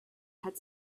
had